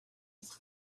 his